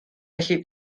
felly